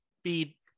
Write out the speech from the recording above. speed